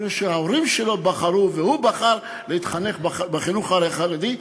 מפני שההורים שלו בחרו והוא בחר להתחנך בחינוך החרדי,